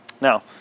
Now